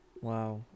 Wow